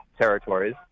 territories